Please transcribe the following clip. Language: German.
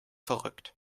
verrückt